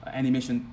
animation